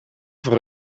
voor